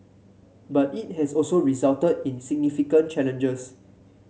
but it has also resulted in significant challenges